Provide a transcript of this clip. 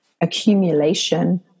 accumulation